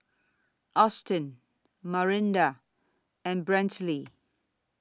Austyn Marinda and Brantley